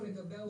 בוקר טוב